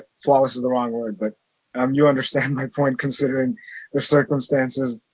flawless is the wrong word. but um you understand my point considering the circumstances.